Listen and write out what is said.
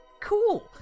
cool